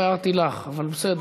לא הערתי לך, אבל בסדר.